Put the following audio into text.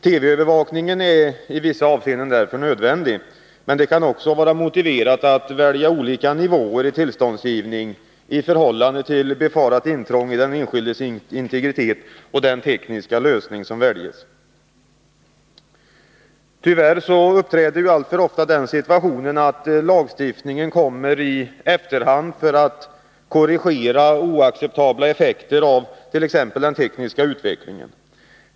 TV-övervakningen är i vissa avseenden därför nödvändig, men det kan också vara motiverat att välja olika nivåer i tillståndsgivning i förhållande till befarat intrång i den enskildes integritet och den tekniska lösning som väljes. Tyvärr uppträder alltför ofta den situationen att lagstiftningen kommer i efterhand för att korrigera oacceptabla effekter av t.ex. den tekniska utvecklingen.